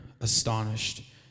astonished